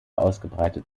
ausgebreitet